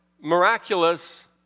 miraculous